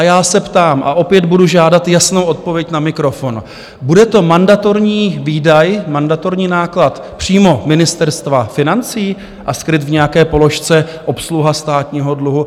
Já se ptám a opět budu žádat jasnou odpověď na mikrofon: bude to mandatorní výdaj, mandatorní náklad přímo Ministerstva financí a bude skryt v nějaké položce Obsluha státního dluhu?